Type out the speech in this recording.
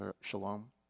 Shalom